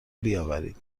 بیاورید